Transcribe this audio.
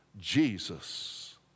Jesus